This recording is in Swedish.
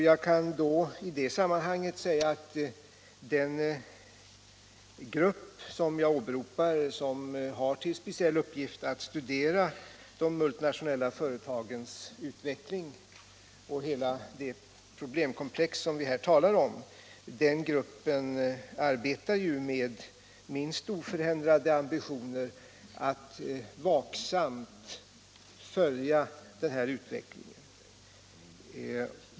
Jag kan i det sammanhanget säga att den grupp som jag åberopar — som har till speciell uppgift att studera de multinationella företagens utveckling och hela det problemkomplex som vi här talar om — arbetar med oförändrade ambitioner att vaksamt följa den här utvecklingen.